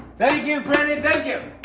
thank you, franny! thank you! ah,